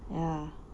ya